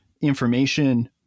information